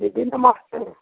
दीदी नमस्ते